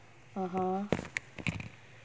(uh huh)